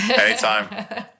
anytime